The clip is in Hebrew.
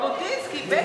ז'בוטינסקי, בטח.